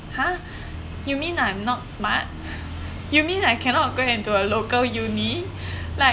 !huh! you mean I'm not smart you mean I cannot go into a local uni like